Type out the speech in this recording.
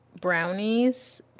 Brownies